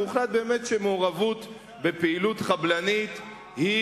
והוחלט באמת שמעורבות בפעילות חבלנית היא